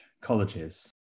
Colleges